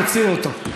תוציאו אותו.